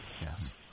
yes